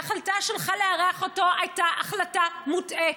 ההחלטה שלך לארח אותו הייתה החלטה מוטעית.